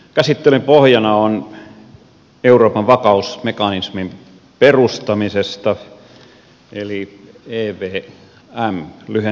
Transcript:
käsittelyn pohjana on esitys euroopan vakausmekanismin perustamisesta eli lyhenteenä evmstä